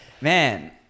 Man